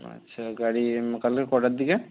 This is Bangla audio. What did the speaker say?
আচ্ছা গাড়ি কালকে কটার দিকে